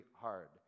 hard